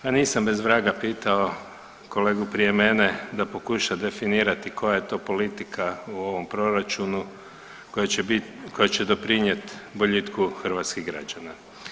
Pa nisam bez vraga pitao kolegu prije mene da pokuša definirati koja je to politika u ovom proračunu koja će doprinijeti boljitku hrvatskih građana.